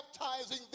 baptizing